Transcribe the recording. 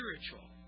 spiritual